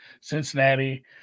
Cincinnati